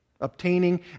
Obtaining